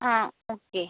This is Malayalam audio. ആ ഓക്കെ